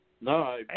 No